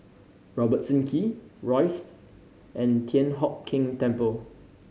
Robertson Quay Rosyth and Thian Hock Keng Temple